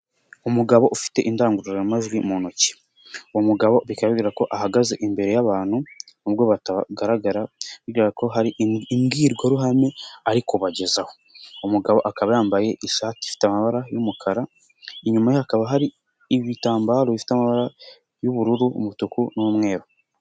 Umugabo ufite indangururamajwi mu ntoki, uwo mugabo yibwira ko ahagaze imbere y'abantu nubwo batagaragara, bigaragara ko hari imbwirwaruhame ari kubagezaho. Umugabo akaba yambaye ishati ifite amabara y'umukara, inyuma hakaba hari ibitambaro bifite amabara y'ubururu, umutuku n'umweru.